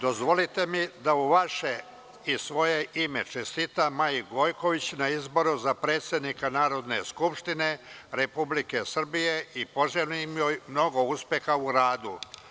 Dozvolite mi da u vaše i svoje ime čestitam Maji Gojković na izboru za predsednika Narodne skupštine Republike Srbije i poželim joj mnogo uspeha u radu.